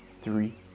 three